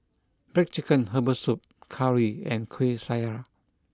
Black Chicken Herbal Soup Curry and Kueh Syara